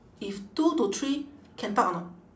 if two to three can talk or not